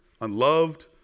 unloved